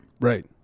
right